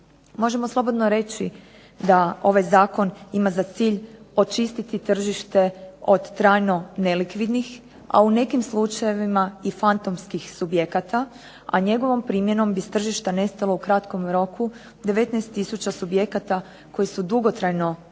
Možemo slobodno reći da ovaj zakon ima za cilj očistiti tržište od trajnog nelikvidnih, a u nekim slučajevima i fantomskih subjekata, a njegovom primjenom bi s tržišta nestalo u kratkom roku 19 tisuća subjekata koji su dugotrajno nelikvidni,